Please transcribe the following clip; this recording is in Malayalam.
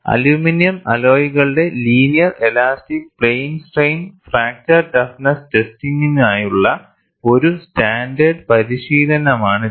അലുമിനിയം അലോയ്കളുടെ linear elastic plane strain fracture toughness ടെസ്റ്റിംഗിനായുള്ള ഒരു സ്റ്റാൻഡേർഡ് പരിശീലനമാണിത്